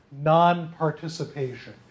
non-participation